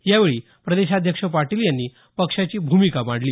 यावेळी प्रदेशाध्यक्ष पाटील यांनी पक्षाची भूमिका मांडली